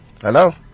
Hello